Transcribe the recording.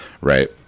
right